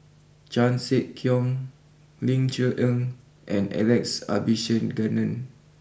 Chan Sek Keong Ling Cher Eng and Alex Abisheganaden